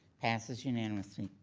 passes unanimously.